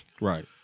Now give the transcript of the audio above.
right